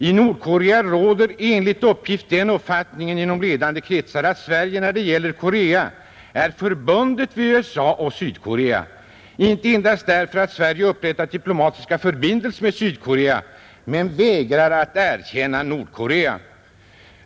I Nordkorea råder enligt uppgift den uppfattningen i ledande kretsar att Sverige när det gäller Korea är bundet vid USA och Sydkorea, inte endast därför att Sverige upprättat diplomatiska förbindelser med Sydkorea utan också därför att Sverige vägrar att erkänna Nordkorea.